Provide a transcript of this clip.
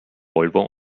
volvo